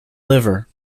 liver